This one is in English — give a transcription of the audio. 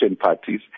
parties